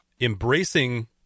embracing